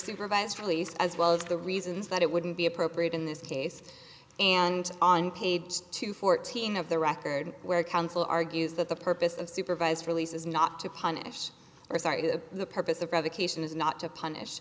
supervised release as well as the reasons that it wouldn't be appropriate in this case and on page two fourteen of the record where counsel argues that the purpose of supervised release is not to punish or cited the purpose of revocation is not to punish